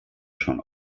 schon